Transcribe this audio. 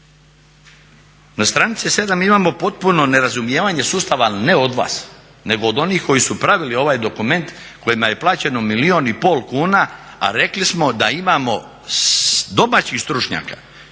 Na stranici 7 imamo potpuno nerazumijevanje sustava, ne od vas, nego od onih koji su pravili ovaj dokument kojima je plaćeno milijun i pol kuna, a rekli smo da imamo domaćih stručnjaka